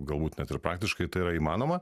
galbūt net ir praktiškai tai yra įmanoma